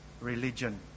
religion